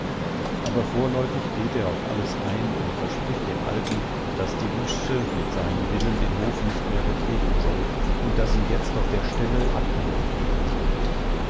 aber vorläufig geht er auf alles ein und verspricht dem alten daß die busze mit seinem willen den hof nicht mehr betreten soll und daß sie jetzt auf der stelle abgelohnt werden soll